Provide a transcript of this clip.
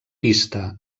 pista